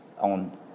on